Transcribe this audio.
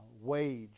wage